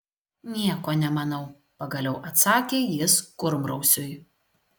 nieko nemanau pagaliau atsakė jis kurmrausiui